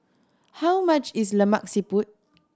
how much is Lemak Siput